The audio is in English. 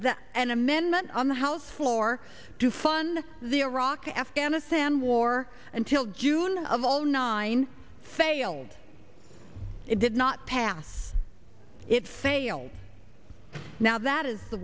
that an amendment on the house floor to fund the iraq afghanistan war until june of zero nine failed it did not pass it failed now that is the